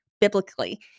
biblically